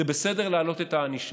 זה בסדר להעלות את הענישה,